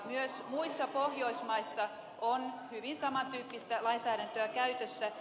myös muissa pohjoismaissa on hyvin samantyyppistä lainsäädäntöä käytössä